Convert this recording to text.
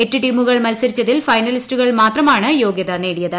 എട്ട് ടീമുകൾ മത്സരിച്ചതിൽ ഫൈനലിസ്റ്റുകൾ ് മാത്രമാണ് യോഗ്യത നേടിയത്